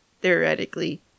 theoretically